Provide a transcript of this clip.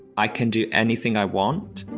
i can do anything i want